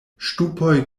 ŝtupoj